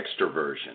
extroversion